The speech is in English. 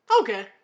Okay